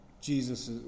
Jesus